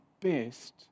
best